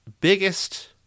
biggest